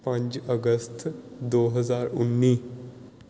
ਪੰਜ ਅਗਸਤ ਦੋ ਹਜ਼ਾਰ ਉੱਨੀ